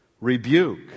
Rebuke